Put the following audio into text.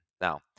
Now